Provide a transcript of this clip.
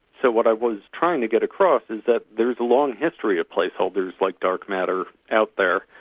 so what i was trying to get across is that there is a long history of placeholders like dark matter, out there,